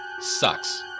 sucks